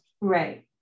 right